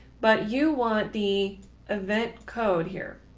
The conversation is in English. but you want the event code here.